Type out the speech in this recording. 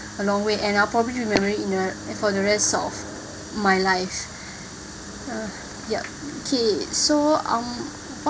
a long way and I'll probably remember it for the rest of my life yup okay so um what